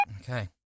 Okay